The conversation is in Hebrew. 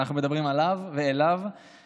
אנחנו מדברים עליו ואליו.